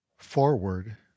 Forward